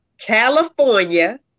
California